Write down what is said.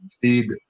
feed